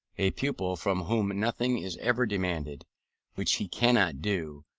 a pupil from whom nothing is ever demanded which he cannot do,